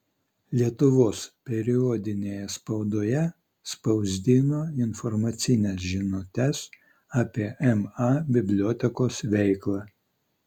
lietuvos periodinėje spaudoje spausdino informacines žinutes apie ma bibliotekos veiklą